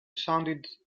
sounded